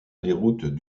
déroute